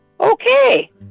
okay